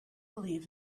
believed